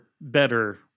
better